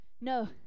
No